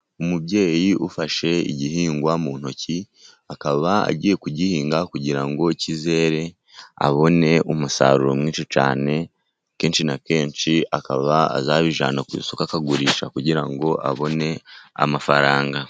Umubyeyi ufashe igihingwa mu ntoki, akaba agiye kugihinga kugira ngo kizere abone umusaruro mwinshi cyane. Akenshi na kenshi akaba azabijyana ku isoko akagurisha kugira ngo abone amafaranga.